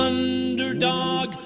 Underdog